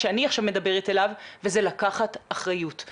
אני רוצה לציין שתכנית היל"ה היא תכנית בראש סדרי העדיפויות של המשרד,